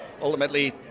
Ultimately